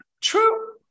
True